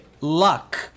luck